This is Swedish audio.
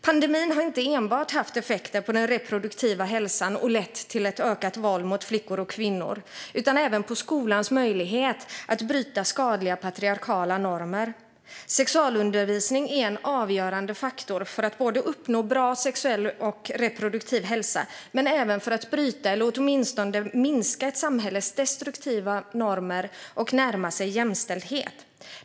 Pandemin har inte enbart haft effekter på den reproduktiva hälsan och lett till ökat våld mot flickor och kvinnor utan även fått följder för skolans möjlighet att bryta skadliga patriarkala normer. Sexualundervisning är en avgörande faktor för att uppnå bra sexuell och reproduktiv hälsa men även för att bryta, eller åtminstone minska, ett samhälles destruktiva normer och närma sig jämställdhet.